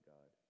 God